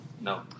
No